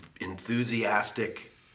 enthusiastic